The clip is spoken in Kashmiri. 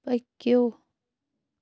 پٔکِو